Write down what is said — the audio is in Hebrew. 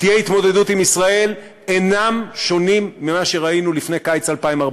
תהיה התמודדות עם ישראל אינם שונים ממה שראינו לפני קיץ 2014,